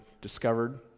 discovered